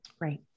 Right